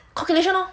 calculation lor